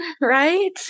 right